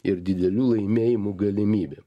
ir didelių laimėjimų galimybėm